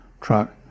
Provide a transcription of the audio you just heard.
truck